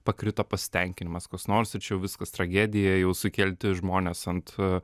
pakrito pasitenkinimas koks nors ir čia jau viskas tragedija jau sukelti žmonės ant